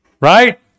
Right